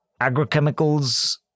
agrochemicals